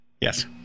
yes